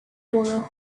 pudo